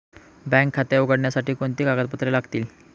Bank खाते उघडण्यासाठी कोणती कागदपत्रे लागतील?